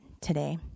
today